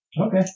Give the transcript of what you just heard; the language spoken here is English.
Okay